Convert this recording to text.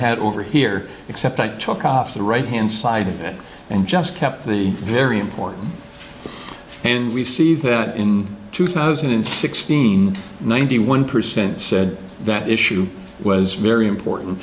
that over here except the right hand side of it and just kept the very important and we see that in two thousand and sixteen ninety one percent said that issue was very important